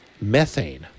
methane